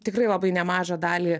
tikrai labai nemažą dalį